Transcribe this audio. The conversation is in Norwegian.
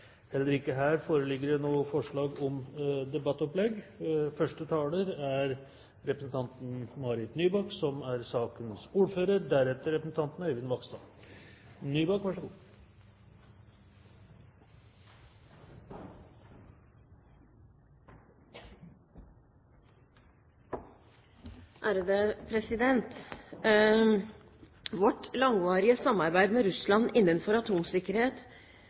Heller ikke for denne saken foreligger det noe forslag om debattopplegg. Vårt langvarige samarbeid med Russland innenfor atomsikkerhet